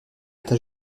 être